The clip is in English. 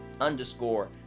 underscore